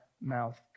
mouth